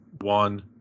One